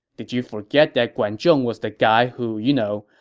did you forget that guan zhong was the guy who, you know,